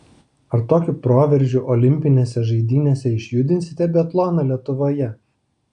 ar tokiu proveržiu olimpinėse žaidynėse išjudinsite biatloną lietuvoje